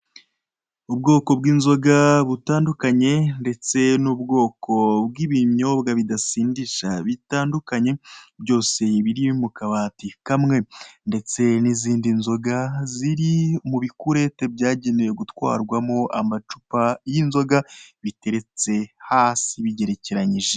Ubwoko bw'inzoga butandukanye, ndetse n'ubwoko bw'ibinyobwa bidasindisha bitandukanye, byose biri mu kabati kamwe, ndetse n'izindi nzoga ziri mu bikurete byagenewe gutwarwamo amacupa y'inzoga, biteretse hasi, bigerekeranyije.